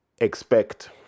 expect